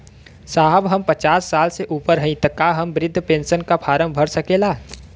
साहब हम पचास साल से ऊपर हई ताका हम बृध पेंसन का फोरम भर सकेला?